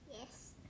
yes